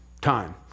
Time